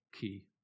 key